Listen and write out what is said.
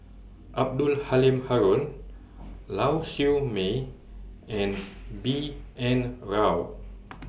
Abdul Halim Haron Lau Siew Mei and B N Rao